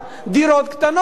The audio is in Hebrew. דירות קטנות?